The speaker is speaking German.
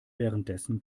währenddessen